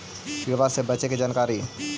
किड़बा से बचे के जानकारी?